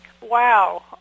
Wow